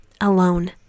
alone